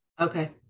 Okay